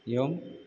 एवम्